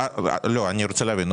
אני רוצה להבין,